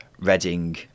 Reading